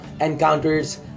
encounters